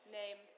name